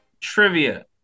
trivia